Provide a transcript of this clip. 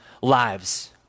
lives